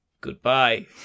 goodbye